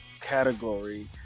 category